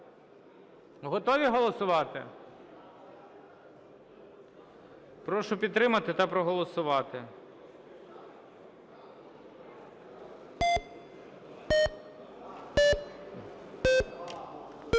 Готові голосувати? Прошу підтримати та проголосувати.